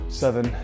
seven